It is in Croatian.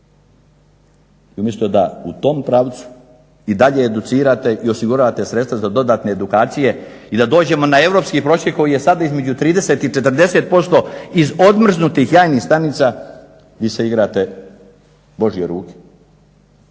Umjesto da u tom pravcu i dalje educirate i osiguravate sredstva za dodatne edukacije i da dođemo na europski prosjek koji je sada između 30 i 40% iz odmrznutih jajnih stanica vi se igrate božje ruke,